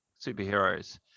superheroes